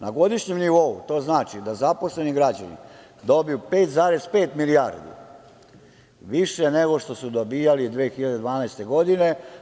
Na godišnjem nivou to znači da zaposleni građani dobiju 5,5 milijardi više nego što su dobijali 2012. godine.